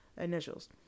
initials